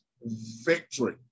victory